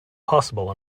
possible